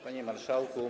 Panie Marszałku!